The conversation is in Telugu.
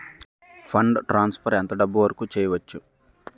ఫండ్ ట్రాన్సఫర్ ఎంత డబ్బు వరుకు చేయవచ్చు?